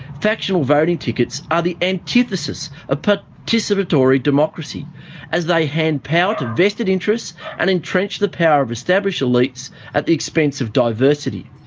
factional voting tickets are the antithesis of but participatory democracy as they hand power to vested interests and entrench the power of established elites at the expense of diversity.